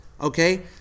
Okay